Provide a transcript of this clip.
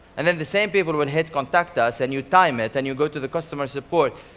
and then, the same people will hit contact us and you time it, and you go to the customer support,